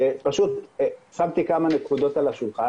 ופשוט שמתי כמה נקודות על השולחן,